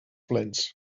plens